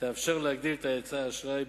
תאפשר להגדיל את היצע האשראי,